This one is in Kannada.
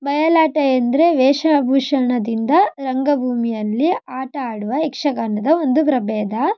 ಬಯಲಾಟ ಎಂದರೆ ವೇಷಭೂಷಣದಿಂದ ರಂಗಭೂಮಿಯಲ್ಲಿ ಆಟ ಆಡುವ ಯಕ್ಷಗಾನದ ಒಂದು ಪ್ರಭೇದ